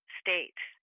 states